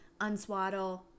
unswaddle